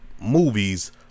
movies